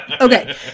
Okay